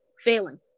failing